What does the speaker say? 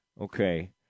Okay